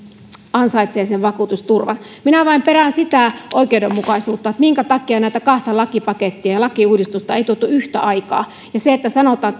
ansaitsee sen vakuutusturvan minä vain perään sitä oikeudenmukaisuutta minkä takia näitä kahta lakipakettia ja lakiuudistusta ei tuotu yhtä aikaa se että sanotaan